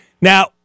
Now